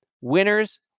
winners